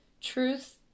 Truth